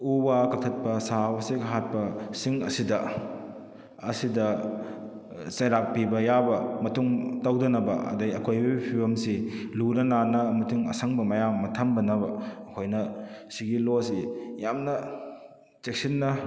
ꯎ ꯋꯥ ꯀꯛꯊꯛꯄ ꯁꯥ ꯎꯆꯦꯛ ꯍꯥꯠꯄ ꯁꯤꯡ ꯑꯁꯤꯗ ꯑꯁꯤꯗ ꯆꯩꯔꯥꯛ ꯄꯤꯕ ꯌꯥꯕ ꯃꯇꯨꯡ ꯇꯧꯗꯅꯕ ꯑꯗꯩ ꯑꯀꯣꯏꯕꯩ ꯐꯤꯕꯝꯁꯤ ꯂꯨꯅ ꯅꯥꯟꯅ ꯑꯁꯪꯕ ꯃꯌꯥꯝ ꯑꯃ ꯊꯝꯅꯅꯕ ꯑꯩꯈꯣꯏꯅ ꯁꯤꯒꯤ ꯂꯣꯁꯤ ꯌꯥꯝꯅ ꯆꯦꯛꯁꯤꯟꯅ